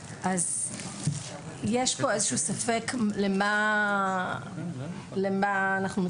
אז יש פה איזשהו ספק למה אנחנו מתכוונים